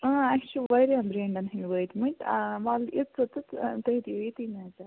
اَسہِ چھ واریاہ برینٛڈَن ہٕنٛدۍ وٲتۍمٕتۍ آ وَلہٕ یہِ ژٕ تہٕ تُہۍ دِیِو ییٚتی نظر